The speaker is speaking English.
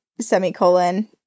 semicolon